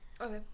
Okay